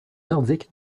nordique